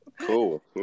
Cool